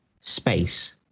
space